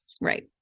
Right